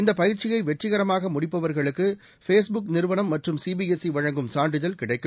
இந்தப் பயிற்சியைவெற்றிகரமாகமுடிப்பவர்களுக்கு ஃபேஸ் புக்நிறுவனம்மற்றும் சிபிஎஸ்ஈவழங்கும் சான்றிதழ் கிடைக்கும்